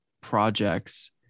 projects